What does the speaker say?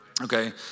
Okay